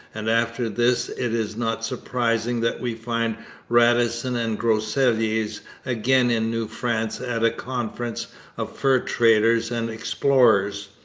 and after this it is not surprising that we find radisson and groseilliers again in new france at a conference of fur traders and explorers,